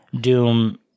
Doom